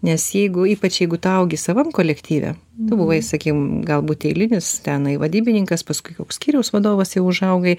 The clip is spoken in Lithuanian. nes jeigu ypač jeigu tu augi savam kolektyve tu buvai sakykim galbūt eilinis tenai vadybininkas paskui koks skyriaus vadovas jau užaugai